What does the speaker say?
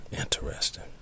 Interesting